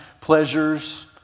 pleasures